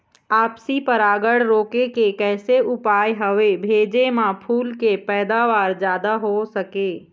आपसी परागण रोके के कैसे उपाय हवे भेजे मा फूल के पैदावार जादा हों सके?